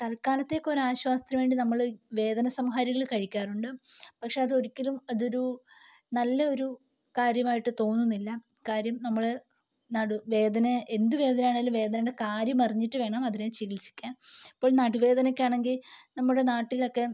തൽക്കാലത്തേയ്ക്ക് ഒരു ആശ്വാസത്തിന് വേണ്ടി നമ്മൾ വേദന സംഹാരികൾ കഴിക്കാറുണ്ട് പക്ഷെ അത് ഒരിക്കലും അതൊരു നല്ല ഒരു കാര്യമായിട്ട് തോന്നുന്നില്ല കാര്യം നമ്മൾ നടു വേദന എന്തു വേദന ആണെങ്കിലും വേദനയുടെ കാര്യം അറിഞ്ഞിട്ടു വേണം അതിനെ ചികിത്സിക്കാൻ ഇപ്പോൾ നടുവേദനയ്ക്കാണെങ്കിൽ നമ്മുടെ നാട്ടിലൊക്കെ